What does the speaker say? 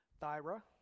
thyra